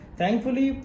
thankfully